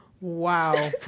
Wow